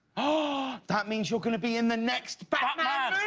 ah that means you're going to be in the next batman